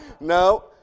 No